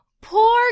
Poor